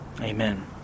Amen